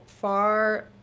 far